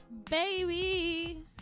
Baby